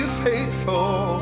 faithful